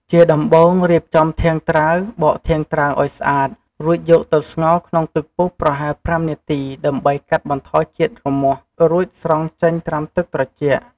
ជាដំបូង រៀបចំធាងត្រាវ បកធាងត្រាវឱ្យស្អាត រួចយកទៅស្ងោរក្នុងទឹកពុះប្រហែល ៥ នាទីដើម្បីកាត់បន្ថយជាតិរមាស់ រួចស្រង់ចេញត្រាំទឹកត្រជាក់។